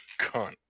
cunt